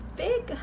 big